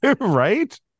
right